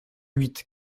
huit